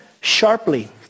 sharply